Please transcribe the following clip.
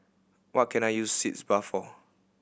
what can I use Sitz Bath for